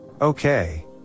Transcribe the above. Okay